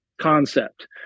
concept